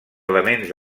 elements